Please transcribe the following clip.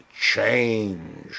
change